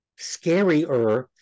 scarier